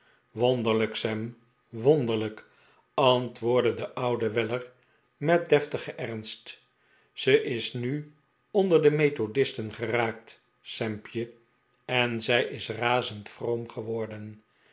wonderlijk sam wonderlijk antwoordde de oude weller met deftigen ernst ze is nu onder de methodisten ge raakt sampje en zrf is razend vroom geworden